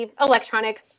electronic